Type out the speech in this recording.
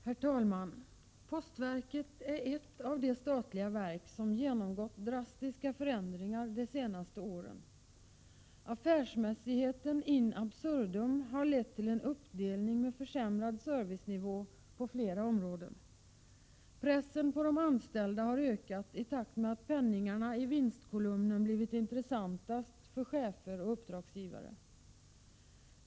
Herr talman! Postverket är ett av de statliga verk som genomgått drastiska förändringar de senaste åren. Affärsmässigheten in absurdum har lett till en uppdelning med försämrad servicenivå på flera områden. Pressen på de anställda har ökat i takt med att penningarna i vinstkolumnen blivit intressantast för chefer och uppdragsgivare.